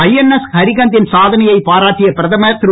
INS Arihant தின் சாதனையை பாராட்டிய பிரதமர் திரு